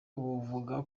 bukavuga